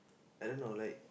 I don't know like